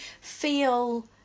feel